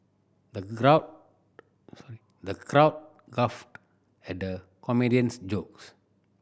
the crowd the crowd guffawed at the comedian's jokes